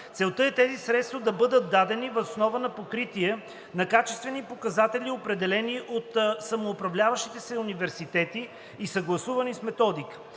Целта е тези средства да бъдат дадени въз основа на покритие на качествени показатели, определени от самоуправляващите се университети и съгласувани с методика.